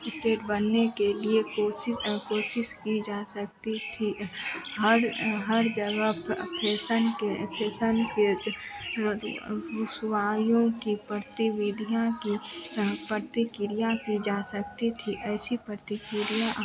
state बनने के लिए कोशिश कोशिश की जा सकती थी हर हर जगह पर फेसन के फेसन के रोज़गा सु वायु की पड़तें विधियां की प्रतिकिरिया की जा सकती थी ऐसी प्रतिक्रिया